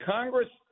Congress